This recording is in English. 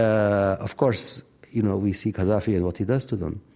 um of course, you know we see gaddafi and what he does to them.